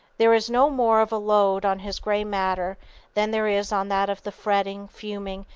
there is no more of a load on his gray matter than there is on that of the fretting, fuming,